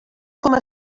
coma